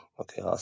okay